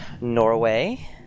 Norway